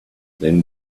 then